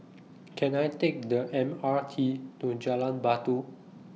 Can I Take The M R T to Jalan Batu